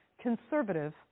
conservative